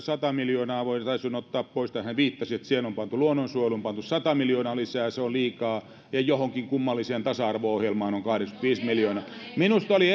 sata miljoonaa jotka voitaisiin ottaa pois ja hän viittasi että luonnonsuojeluun on pantu satana miljoona lisää ja se on liikaa ja että johonkin kummalliseen tasa arvo ohjelmaan on kahdeksankymmentäviisi miljoonaa minusta oli